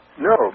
No